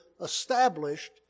established